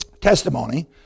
testimony